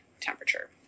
temperature